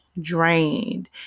drained